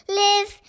live